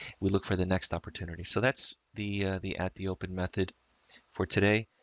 we look for the next opportunity. so that's the, the, at the open method for today